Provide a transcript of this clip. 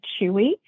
Chewy